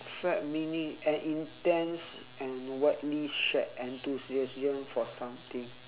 fad meaning an intense and widely shared enthusiasm for something